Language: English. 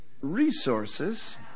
resources